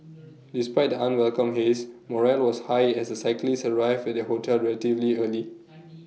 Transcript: despite the unwelcome haze morale was high as the cyclists arrived at their hotel relatively early